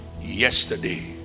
yesterday